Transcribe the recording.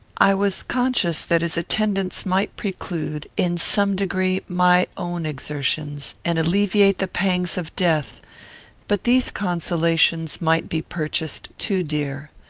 i was conscious that his attendance might preclude, in some degree, my own exertions, and alleviate the pangs of death but these consolations might be purchased too dear.